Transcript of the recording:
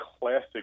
classic